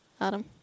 Adam